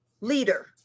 leader